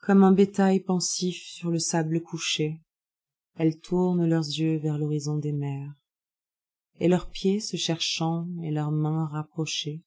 comme un bétail pensif sur le sable couchées elles tournent leurs yeux vers l'horizon des mers et leurs pieds se cherchant et leurs mains rapprochéesont